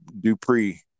Dupree